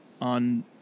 on